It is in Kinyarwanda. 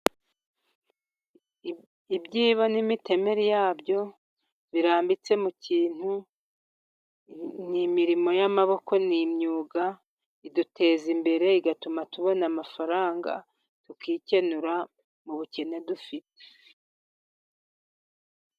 Ibyibo n'imitemeri yabyo birambitse mu kintu, ni imirimo y'amaboko n'imyuga iduteza imbere, igatuma tubona amafaranga tukikenura mu bukene dufite.